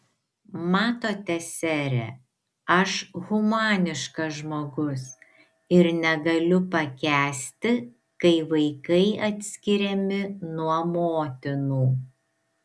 matote sere aš humaniškas žmogus ir negaliu pakęsti kai vaikai atskiriami nuo motinų